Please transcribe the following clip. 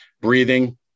breathing